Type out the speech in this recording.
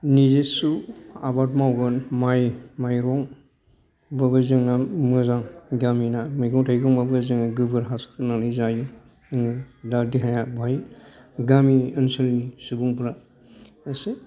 निजिस्थ' आबाद मावगोन माइ माइरं बबे जोंना मोजां गामिना मैगं थाइगं बाबो जोङो गोबोर हासार होनानै जायो जोङो दा देहाया बावहाय गामि ओनसोलनि सुबुंफ्रा एसे